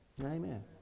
Amen